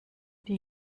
die